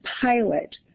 pilot